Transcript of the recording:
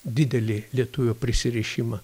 didelį lietuvio prisirišimą